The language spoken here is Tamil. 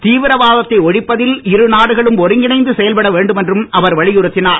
தீவிரவாதத்தை ஒழிப்பதில் இரு நாடுகளும் ஒருங்கிணைந்து செயல்பட வேண்டும் என்றும் அவர் வலியுறுத்தினுர்